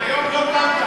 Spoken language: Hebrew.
היום לא קמת,